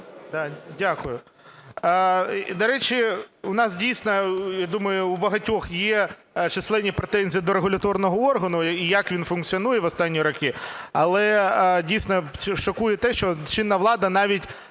Дякую. До речі, у нас дійсно, і, думаю, у багатьох є численні претензії до регуляторного органу і як він функціонує в останні роки. Але, дійсно, шокує те, що чинна влада, навіть